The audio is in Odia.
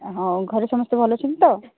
ହଉ ଘରେ ସମସ୍ତେ ଭଲ ଅଛନ୍ତି ତ